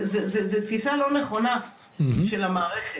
זאת גישה לא נכונה של המערכת.